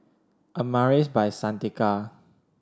Amaris By Santika